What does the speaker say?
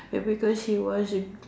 b~ because he was in